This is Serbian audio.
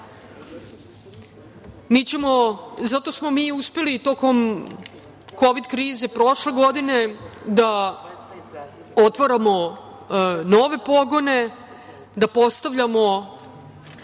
Zato smo mi uspeli tokom kovid krize prošle godine da otvaramo nove pogone, da počnemo